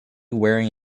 wearing